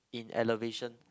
in elevation